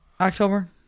October